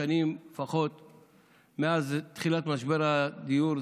מאז תחילת משבר הדיור,